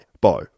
Bye